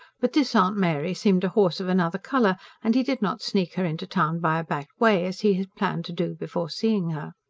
but this aunt mary seemed a horse of another colour and he did not sneak her into town by a back way, as he had planned to do before seeing her.